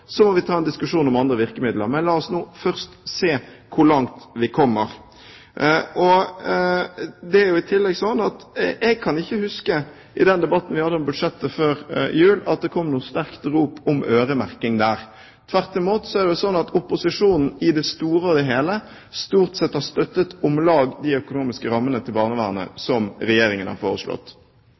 må vi selvfølgelig ta en diskusjon om andre virkemidler, men la oss nå først se hvor langt vi kommer. Jeg kan ikke huske at det i den debatten vi hadde om budsjettet før jul, kom noe sterkt rop om øremerking. Tvert imot er det slik at opposisjonen i det store og hele stort sett har støttet om lag de økonomiske rammene til barnevernet som Regjeringen har foreslått.